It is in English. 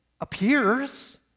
appears